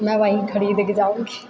मैं वहीं खड़ी दिख जाऊँगी